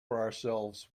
ourselves